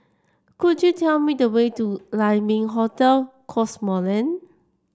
could you tell me the way to Lai Ming Hotel Cosmoland